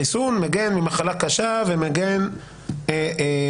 חיסון מגן ממחלה קשה, ומגן ממוות.